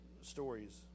stories